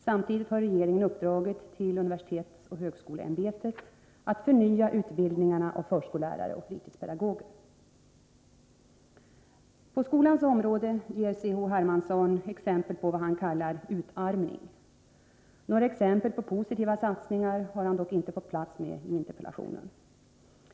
Samtidigt har regeringen uppdragit till universitetsoch högskoleämbetet att förnya utbildningarna av förskollärare och fritidspedagoger. På skolans område ger C.-H. Hermansson exempel på vad han kallar ”utarmning”. Några exempel på positiva satsningar har han dock inte fått plats medi interpellationen.